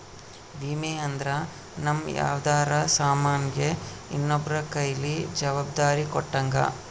ವಿಮೆ ಅಂದ್ರ ನಮ್ ಯಾವ್ದರ ಸಾಮನ್ ಗೆ ಇನ್ನೊಬ್ರ ಕೈಯಲ್ಲಿ ಜವಾಬ್ದಾರಿ ಕೊಟ್ಟಂಗ